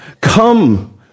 come